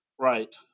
Right